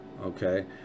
Okay